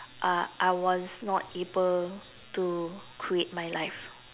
uh I was not able to create my life